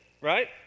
right